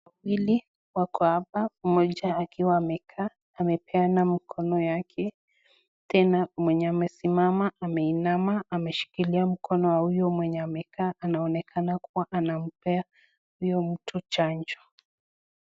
wawili wako hapa, mmoja akiwa amekaa, amepeana mkono wake. Tena mwenye amesimama, ameinama, ameshikilia mkono wa huyo mwenye amekaa anaonekana kuwa anampa huyo mtu chanjo.